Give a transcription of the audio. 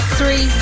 three